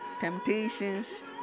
temptations